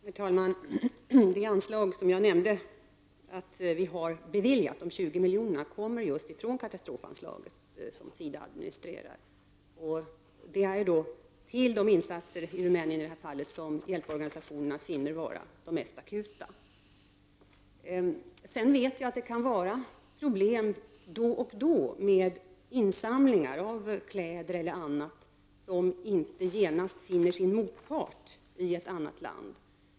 Herr talman! Det anslag om 20 miljoner som jag nämnde att vi har beviljat härrör just från det katastrofanslag som SIDA administrerar. Det handlar i det här fallet om de insatser i Rumänien som hjälporganisationerna finner vara mest akuta. Jag vet att det kan förekomma problem då och då med insamlingar av kläder eller annat — dvs. att man inte genast finner en motpart i ett annat land.